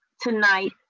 tonight